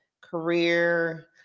career